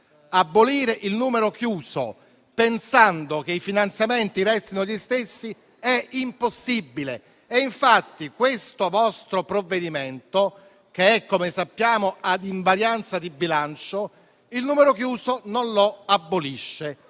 Abolire il numero chiuso pensando che i finanziamenti restino gli stessi è impossibile. E infatti, questo vostro provvedimento, che - come sappiamo - è ad invarianza di bilancio, il numero chiuso non lo abolisce.